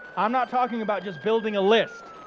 i'm not talking about just building a list.